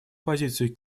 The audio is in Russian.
позицию